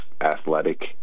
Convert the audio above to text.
athletic